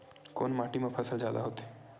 कोन माटी मा फसल जादा होथे?